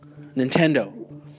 Nintendo